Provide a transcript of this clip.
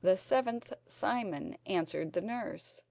the seventh simon answered the nurse